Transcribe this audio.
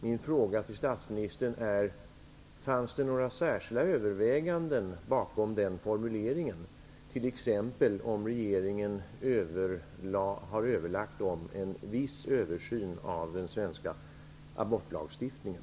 Min fråga till statsministern är: Fanns det några särskilda överväganden bakom den formuleringen, t.ex. om regeringen har överlagt om en viss översyn av t.ex. den svenska abortlagstiftningen?